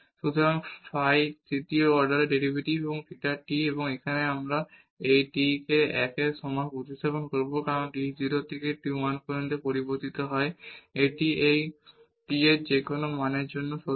সুতরাং ফাই তৃতীয় order derivative এবং থিটা t এবং এখন আমরা এই t কে 1 এর সমান প্রতিস্থাপন করব কারণ t 0 থেকে 1 পর্যন্ত পরিবর্তিত হয় এটি এই t এর যেকোনো মানের জন্য এটি সত্য